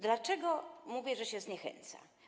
Dlaczego mówię, że się zniechęca?